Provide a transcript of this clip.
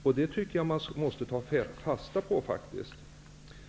att vi skall ta fasta på dem som ställer sig positiva till en rehabilitering.